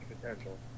potential